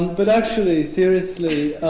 but actually, seriously,